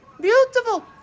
beautiful